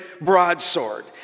broadsword